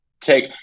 take